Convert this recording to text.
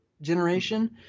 generation